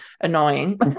annoying